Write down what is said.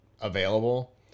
available